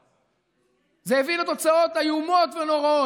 זה הביא לתוצאות איומות ונוראות.